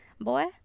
Boy